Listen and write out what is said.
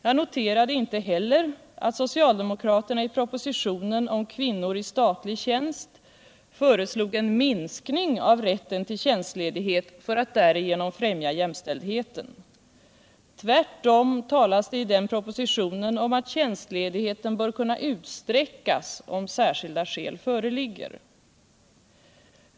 Jag noterade inte heller att socialdemokraterna i propositionen Kvinnor i statlig tjänst föreslog en minskning av ritten till tjänstledighet för att därigenom främja Jämställdheten. Tvärtom talas det i den propositionen om att tjänstledigheten bör kunna utsträckas om särskilda skäl föreligger.